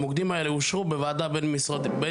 המוקדים האלה אושרו בוועדה בין-משרדית,